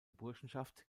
burschenschaft